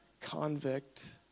convict